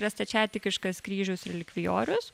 yra stačiatikiškas kryžius relikvijorius